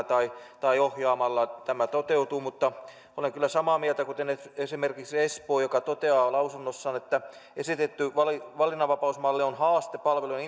tai tai ohjaamalla tämä toteutuu mutta olen kyllä samaa mieltä kuin esimerkiksi espoo joka toteaa lausunnossaan että esitetty valinnanvapausmalli on haaste palvelujen